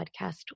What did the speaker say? podcast